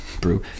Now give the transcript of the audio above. brew